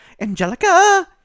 Angelica